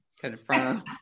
confirm